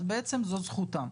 אז בעצם זו זכותם.